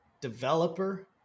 developer